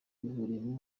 bihuriye